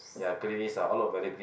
ya greenish lah all look very green